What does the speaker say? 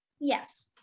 Yes